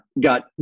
got